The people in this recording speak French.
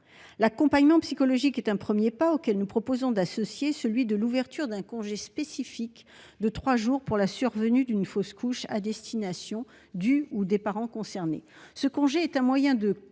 L'accompagnement psychologique est un premier pas ; nous proposons de lui associer l'ouverture d'un congé spécifique de trois jours pour la survenue d'une fausse couche, à destination de la mère ou des parents concernés. Ce congé serait un moyen de